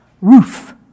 Roof